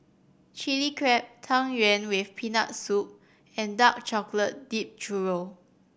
Chili Crab Tang Yuen with Peanut Soup and dark chocolate dipped churro